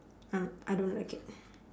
uh I don't like it